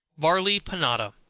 barley panada.